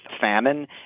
famine